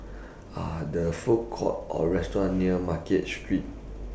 Are The Food Courts Or restaurants near Market Street